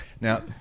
Now